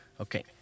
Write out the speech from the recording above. Okay